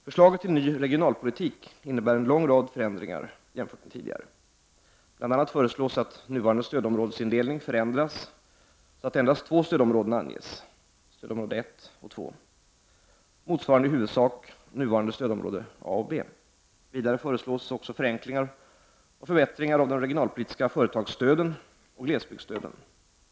Förslaget till ny regionalpolitik innebär en lång rad förändringar jämfört med tidigare. Bl.a. föreslås att nuvarande stödområdesindelning förändras så att endast två stödområden anges — stödområde 1 och 2 — motsvarande i huvudsak nuvarande stödområde A och B. Vidare föreslås förenklingar och förbättringar av de regionalpolitiska företagsstöden och glesbygdsstöden.